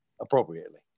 appropriately